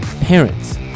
parents